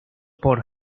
por